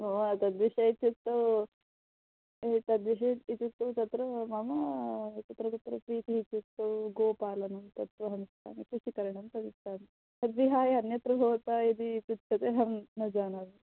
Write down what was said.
मम तद्विषये इत्युक्तौ तद्विषये इत्युक्तौ तत्र मम तत्र कुत्र प्रीतिः इत्युक्तौ गोपालनं तत् अहम् इच्छामि कृषिकरणं तद् इच्छामि तद्विहाय अन्यत्र भवता यदि उच्यते अहं न जानामि